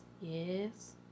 Yes